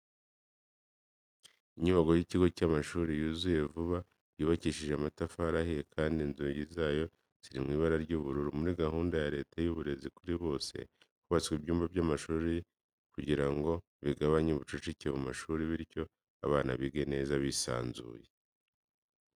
Inyubako y'ikigo cy'amashuri yuzuye vuba yubakishije amatafari ahiye kandi inzugi zayo ziri mu ibara ry'ubururu. Muri gahunda ya leta y'uburezi kuri bose, hubatswe ibyumba byinshi by'amashuri kugira ngo bigabanye ubucucike mu mashuri bityo abana bige neza bisanzuye.